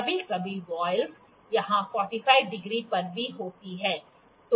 कभी कभी वॉयलस यहां 45 डिग्री पर भी होती हैं